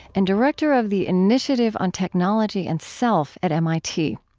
and director of the initiative on technology and self at mit.